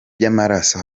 by’amaraso